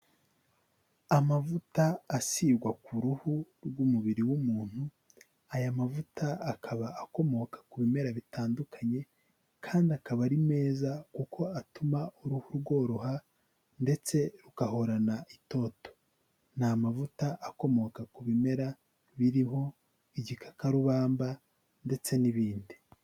Amavuta asigwa ku ruhu rw'umubiri w'umuntu. Aya mavuta akaba akomoka ku bimera bitandukanye kandi akaba ari meza, kuko atuma uruhu rworoha ndetse rugahorana itoto. Ni amavuta akomoka ku bimera biriho igikakarubamba ndetse n'ibindi.